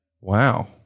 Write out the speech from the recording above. Wow